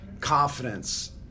confidence